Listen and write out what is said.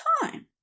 time